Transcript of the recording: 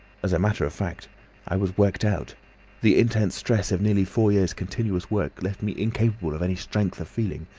as a matter of i was worked out the intense stress of nearly four years' continuous work left me incapable of any strength of feeling.